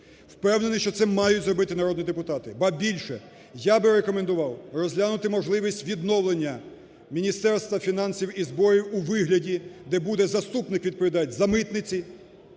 Впевнений, що це мають зробити народні депутати. Ба більше, я би рекомендував розглянути можливість відновлення Міністерства фінансів і зборів у вигляді, де буде заступник відповідати за митниці,